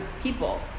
people